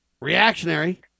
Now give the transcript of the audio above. reactionary